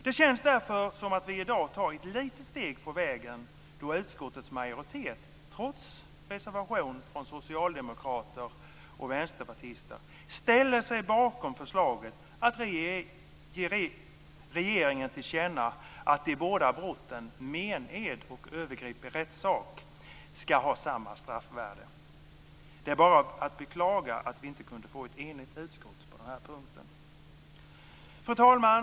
Det känns därför som att vi i dag tar ett litet steg på vägen då utskottets majoritet trots reservation från socialdemokrater och vänsterpartister ställer sig bakom förslaget att ge regeringen till känna att de båda brotten mened och övergrepp i rättssak ska ha samma straffvärde. Det är bara att beklaga att vi inte kunde få ett enigt utskott på den här punkten. Fru talman!